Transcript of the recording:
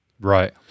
Right